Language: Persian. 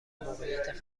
موقعیت